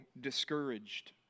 discouraged